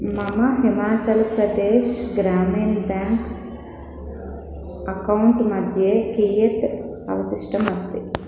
मम Himachal Pradesh Gramin bank account मध्ये कियत् अवशिष्टमस्ति